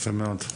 יפה מאוד.